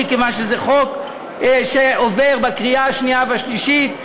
מכיוון שזה חוק שעובר בקריאה שנייה ושלישית.